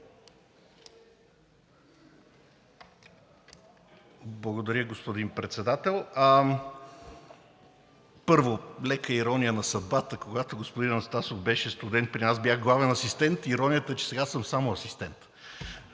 Благодаря, господин Председател. Първо, лека ирония на съдбата. Когато господин Анастасов беше студент при нас, аз бях главен асистент. Иронията е, че сега съм само асистент.